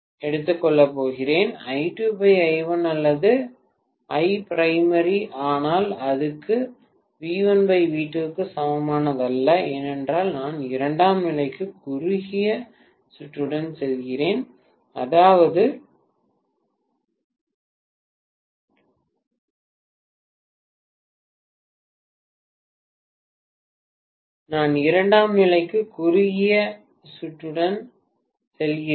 I2I1 அல்லது I primary ஆனால் அது V1V2 க்கு சமமானதல்ல ஏனென்றால் நான் இரண்டாம் நிலைக்கு குறுகிய சுற்றுக்குச் செல்கிறேன் அதாவது நான் இரண்டாம் நிலைக்கு குறுகிய சுற்றுக்குச் செல்கிறேன்